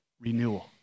renewal